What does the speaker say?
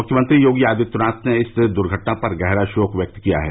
मुख्यमंत्री योगी आदित्यनाथ ने इस दुर्घटना पर गहरा शोक व्यक्त किया है